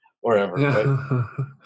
wherever